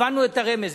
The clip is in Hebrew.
הבנו את הרמז,